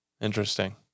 Interesting